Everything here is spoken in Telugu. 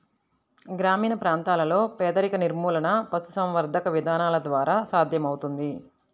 గ్రామీణ ప్రాంతాలలో పేదరిక నిర్మూలన పశుసంవర్ధక విధానాల ద్వారా సాధ్యమవుతుంది